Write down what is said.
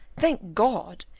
thank god!